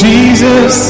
Jesus